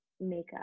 makeup